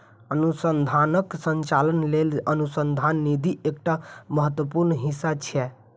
अनुसंधानक संचालन लेल अनुसंधान निधि एकटा महत्वपूर्ण हिस्सा छियै